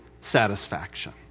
satisfaction